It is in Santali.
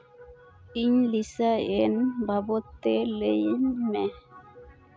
ᱤᱧ ᱞᱤᱥᱟ ᱮᱱ ᱵᱟᱵᱚᱫ ᱛᱮ ᱞᱟᱹᱭᱟᱹᱧ ᱢᱮ